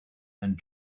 and